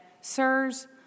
Sirs